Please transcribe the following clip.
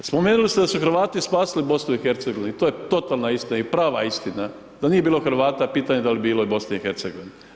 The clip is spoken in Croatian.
Spomenuli ste da su Hrvati spasili BiH i to je totalna istina i prava istina, da nije bilo Hrvata, pitanje da li bi bilo BiH-a.